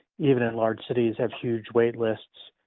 even in large cities, have huge wait lists